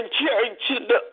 church